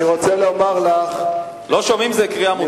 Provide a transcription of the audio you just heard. אני רוצה לומר לך: כל הכבוד.